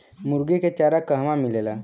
मुर्गी के चारा कहवा मिलेला?